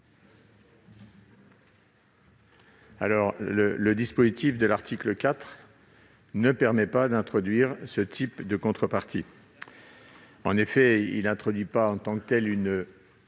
? Le dispositif de l'article 4 ne permet pas d'introduire ce type de contrepartie. En effet, il ne prévoit pas en tant que telle une